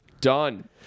Done